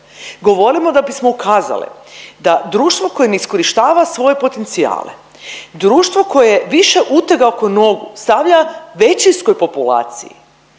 govorimo da bismo ukazale da društvo koje ne iskorištava svoje potencijale, društvo koje više utega oko nogu stavlja većinskoj populaciji